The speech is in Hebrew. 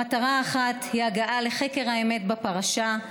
המטרה האחת היא הגעה לחקר האמת בפרשה,